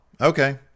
okay